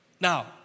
Now